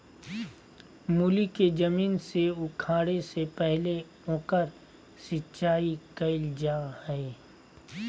मूली के जमीन से उखाड़े से पहले ओकर सिंचाई कईल जा हइ